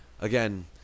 again